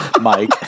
Mike